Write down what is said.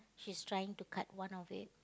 she's trying to cut one of it